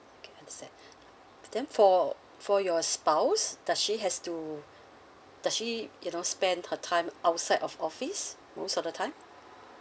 okay understand then for for your spouse does she has to does she you know spend her time outside of office most of the time